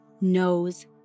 knows